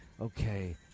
okay